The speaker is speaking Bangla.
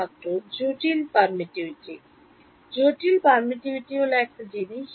ছাত্র জটিল permittivity জটিল permittivity হল একটা জিনিস